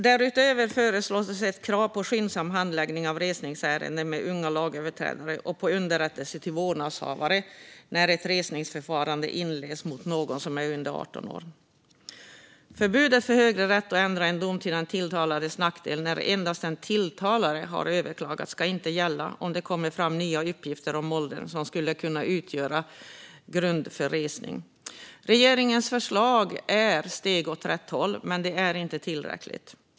Därutöver föreslås ett krav på skyndsam handläggning av resningsärenden med unga lagöverträdare och på underrättelse till vårdnadshavarna när ett resningsförfarande inleds mot någon som är under 18 år. Förbudet för högre rätt att ändra en dom till den tilltalades nackdel när endast den tilltalade har överklagat ska inte gälla om det kommer fram nya uppgifter om åldern som skulle kunna utgöra grund för resning. Regeringens förslag är ett steg åt rätt håll, men det är inte tillräckligt.